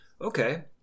Okay